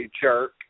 jerk